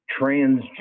transgender